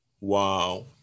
Wow